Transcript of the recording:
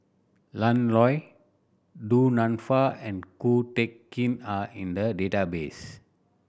Lan Loy Du Nanfa and Ko Teck Kin are in the database